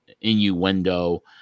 innuendo